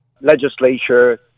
legislature